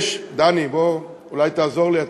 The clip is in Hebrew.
יש, דני, בוא, אולי תעזור לי.